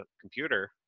computer